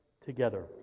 together